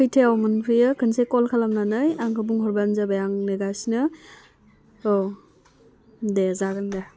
खैथायाव मोनफैयो खोनसे कल खालामनानै आंखौ बुंहरबानो जाबाय आं नेगासिनो औ दे जागेन दे